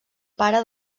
pare